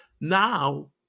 Now